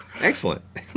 Excellent